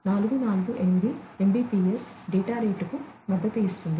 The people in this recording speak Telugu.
448 Mbps డేటా రేటుకు మద్దతు ఇస్తుంది